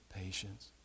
patience